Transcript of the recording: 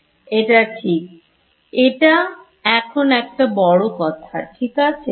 ছাত্র এটা ঠিক এটা এখানে একটা বড় কথা ঠিক আছে